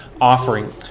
offering